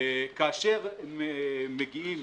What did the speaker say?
כאשר מגיעים